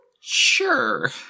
Sure